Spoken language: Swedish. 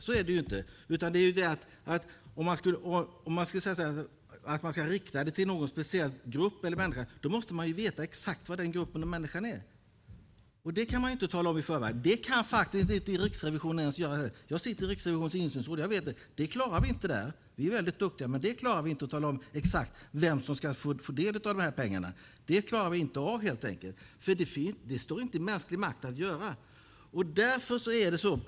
Om man ska rikta det till en speciell grupp av människor måste man veta exakt vilken den gruppen är. Det kan man inte tala om i förväg. Det kan inte ens Riksrevisionen göra. Jag sitter i Riksrevisionens insynsråd så jag vet att man inte klarar det. Vi är väldigt duktiga, men vi klarar inte att tala om exakt vilka som ska få del av de här pengarna. Det står inte i mänsklig makt att göra.